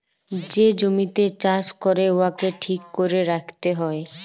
যে জমিতে চাষ ক্যরে উয়াকে ঠিক ক্যরে রাইখতে হ্যয়